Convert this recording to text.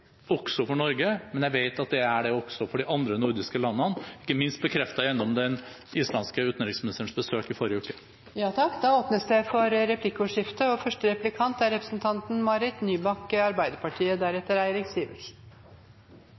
for Norge, men jeg vet at det også er det for de andre nordiske landene, ikke minst bekreftet gjennom den islandske utenriksministerens besøk i forrige uke. Det blir replikkordskifte. Jeg er veldig glad for